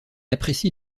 apprécie